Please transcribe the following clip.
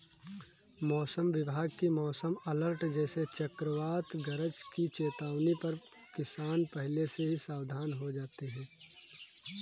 मौसम विभाग की मौसम अलर्ट जैसे चक्रवात गरज की चेतावनी पर किसान पहले से ही सावधान हो जाते हैं